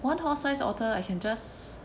one horse size otter I can just